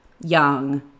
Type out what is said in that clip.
young